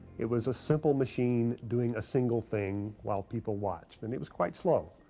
it was a simple machine doing a single thing while people watched. and it was quite slow.